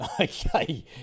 okay